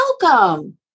welcome